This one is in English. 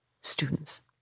students